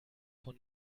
von